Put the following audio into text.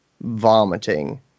vomiting